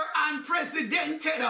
unprecedented